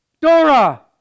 Dora